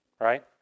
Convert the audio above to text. right